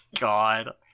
God